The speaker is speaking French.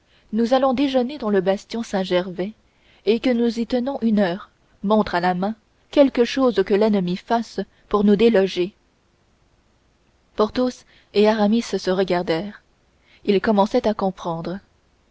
nous allons déjeuner dans le bastion saint-gervais et que nous y tenons une heure montre à la main quelque chose que l'ennemi fasse pour nous déloger porthos et aramis se regardèrent ils commençaient à comprendre